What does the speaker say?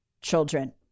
children